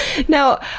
now,